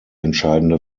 entscheidende